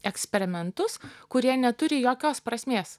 eksperimentus kurie neturi jokios prasmės